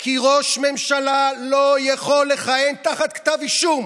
כי ראש ממשלה לא יכול לכהן תחת כתב אישום,